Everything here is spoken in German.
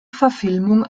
verfilmung